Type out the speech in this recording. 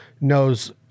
knows